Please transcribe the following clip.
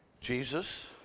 jesus